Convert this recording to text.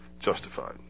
justified